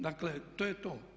Dakle, to je to.